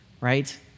right